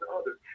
others